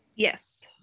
Yes